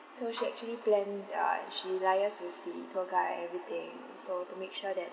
so she actually plan uh she liaise with the tour guide everything so to make sure that